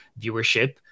viewership